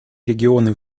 регионы